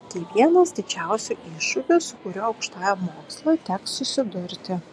tai vienas didžiausių iššūkių su kuriuo aukštajam mokslui teks susidurti